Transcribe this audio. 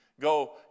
go